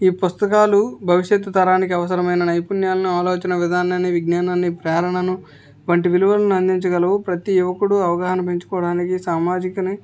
ఈ పుస్తకాలు భవిష్యత్తు తరానికి అవసరమైన నైపుణ్యాలను ఆలోచన విధానాన్ని విజ్ఞానాన్ని ప్రేరణను వంటి విలువలను అందించగలవు ప్రతి యువకుడు అవగాహన పెంచుకోవడానికి సామాజికతని